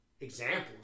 examples